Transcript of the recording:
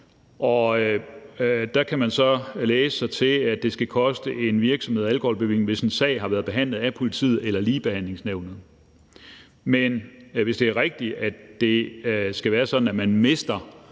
Der kan man så læse sig til, at det skal koste en virksomhed alkoholbevillingen, hvis en sag har været behandlet af politiet eller Ligebehandlingsnævnet. Hvis det er rigtigt, at det skal være sådan, at man mister